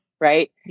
right